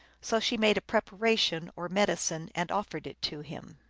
so she made a preparation or medicine, and offered it to him.